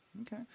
Okay